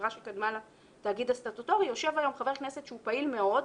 החברה שקדמה לתאגיד הסטטוטורי יושב היום חבר כנסת שהוא פעיל מאוד,